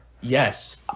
yes